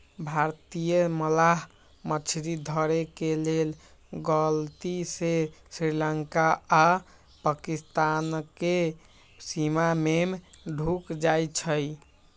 भारतीय मलाह मछरी धरे के लेल गलती से श्रीलंका आऽ पाकिस्तानके सीमा में ढुक जाइ छइ